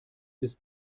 ist